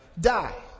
Die